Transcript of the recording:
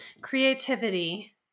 creativity